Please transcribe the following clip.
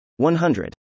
100